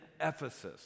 Ephesus